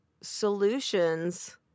solutions